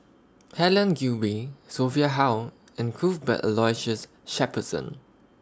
Helen Gilbey Sophia Hull and Cuthbert Aloysius Shepherdson